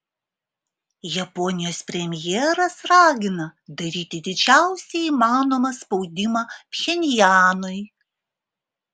japonijos premjeras ragina daryti didžiausią įmanomą spaudimą pchenjanui